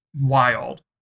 wild